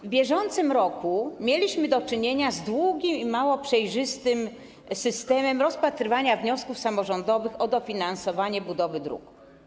W bieżącym roku mieliśmy do czynienia z długim i mało przejrzystym systemem rozpatrywania wniosków samorządowych o dofinansowanie budowy dróg.